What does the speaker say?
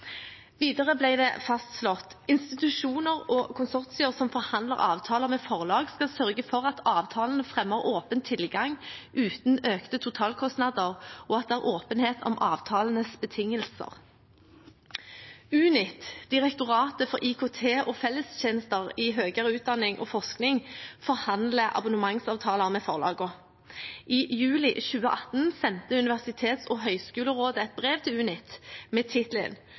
Videre ble det fastslått: «Institusjoner og konsortier som forhandler avtaler med forlag skal sørge for at avtalene fremmer åpen tilgang uten økte totalkostnader, og at det er åpenhet om avtalenes betingelser.» Unit, Direktoratet for IKT og fellestjenester i høyere utdanning og forskning, forhandler abonnementsavtaler med forlagene. I juli 2018 sendte Universitets- og høgskolerådet et brev til Unit med